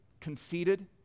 conceited